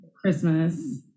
Christmas